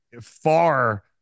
far